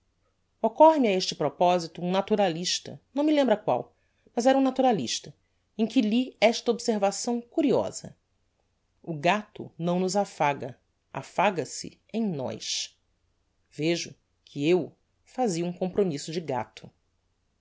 occorre me a este proposito um naturalista não me lembra qual mas era um naturalista em quem li esta observação curiosa o gato não nos affaga affaga se em nós vejo que eu fazia um compromisso de gato